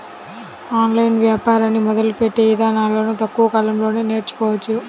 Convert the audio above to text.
online వ్యాపారాన్ని మొదలుపెట్టే ఇదానాలను తక్కువ కాలంలోనే నేర్చుకోవచ్చు